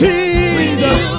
Jesus